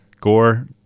gore